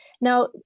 Now